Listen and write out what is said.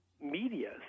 media